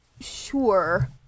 sure